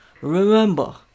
Remember